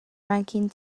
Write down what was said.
ranking